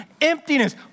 emptiness